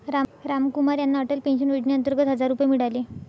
रामकुमार यांना अटल पेन्शन योजनेअंतर्गत हजार रुपये मिळाले